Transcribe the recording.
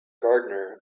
gardener